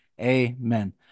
Amen